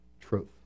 Truth